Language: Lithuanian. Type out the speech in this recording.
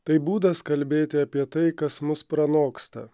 tai būdas kalbėti apie tai kas mus pranoksta